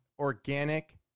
organic